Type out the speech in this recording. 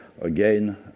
again